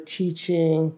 teaching